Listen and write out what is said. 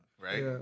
right